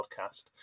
podcast